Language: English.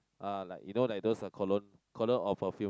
ah like you know like those cologne cologne or perfume